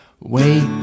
wait